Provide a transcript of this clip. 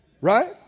Right